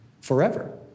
forever